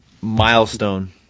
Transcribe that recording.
Milestone